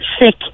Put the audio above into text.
sick